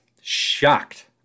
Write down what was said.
shocked